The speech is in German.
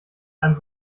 einem